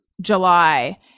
july